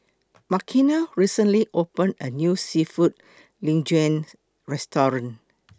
Makena recently opened A New Seafood Linguine Restaurant